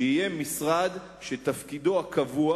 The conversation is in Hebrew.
משרד שתפקידו הקבוע,